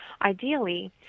Ideally